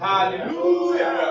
Hallelujah